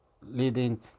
leading